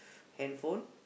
handphone